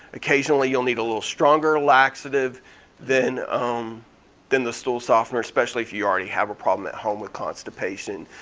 occasionally you'll need a little stronger laxative than um than the stool softener, especially if you already have a problem at home with constipation.